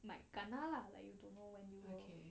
might kena lah like you don't know when you go